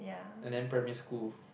and then primary school